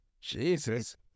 Jesus